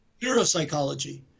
neuropsychology